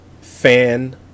fan